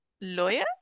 lawyer